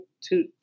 two